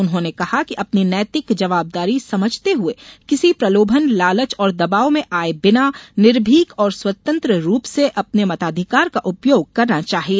उन्होंने कहा कि अपनी नैतिक जवाबदारी समझते हुए किसी प्रलोभन लालच और दबाब में आये बिना निर्भीक और स्वतंत्र रूप से अपने मताधिकार का उपयोग करना चाहिए